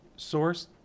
source